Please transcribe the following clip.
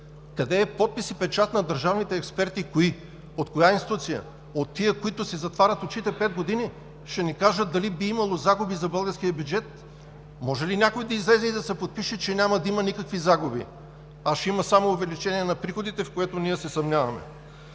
Къде е подпис и печат на държавните експерти – кои, от коя институция? От тези, които си затварят очите пет години и които да ни кажат дали би имало загуби за българския бюджет? Може ли някой да излезе и да се подпише, че няма да има никакви загуби, а ще има само увеличение на приходите, в което ние се съмняваме?